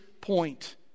point